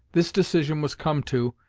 this decision was come to,